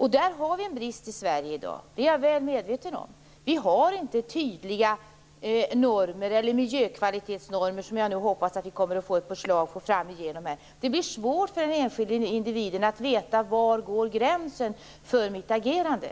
Här brister det i Sverige i dag, vilket jag är väl medveten om. Vi har inte de tydliga miljökvalitetsnormer som jag hoppas att vi får fram ett förslag om framöver. Det är svårt för den enskilde individen att veta var gränsen går för den enskildes agerande.